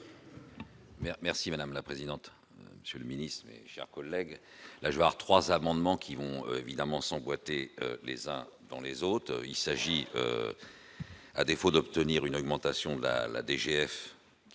merci, madame la présidente, monsieur le ministre et chers collègues, la 3 amendements qui vont évidemment s'emboîter les uns dans les autres, il s'agit. à défaut d'obtenir une augmentation de la la